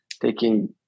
taking